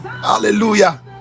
Hallelujah